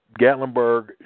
Gatlinburg